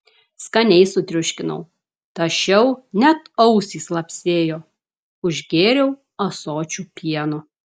skaniai sutriuškinau tašiau net ausys lapsėjo užgėriau ąsočiu pieno